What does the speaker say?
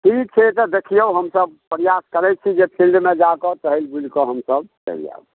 ठीक छै तऽ देखियौ हमसब प्रयास करै छी जे फिल्डमे जाकऽ टहलि बुलिकऽ हमसब चलि आयब